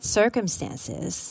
circumstances